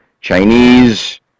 Chinese